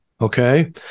okay